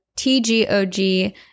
T-G-O-G